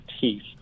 teeth